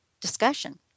discussion